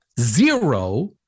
zero